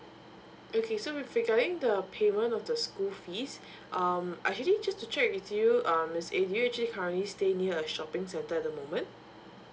okay so with regarding the payment of the school fees um actually just to check with you um miss a do you actually currently stay near a shopping centre at the moment